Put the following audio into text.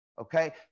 Okay